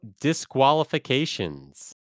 disqualifications